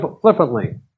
flippantly